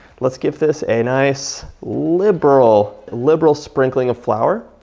let's give this a nice liberal liberal sprinkling of flour,